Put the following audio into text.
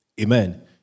Amen